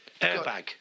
Airbag